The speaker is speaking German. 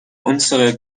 unserer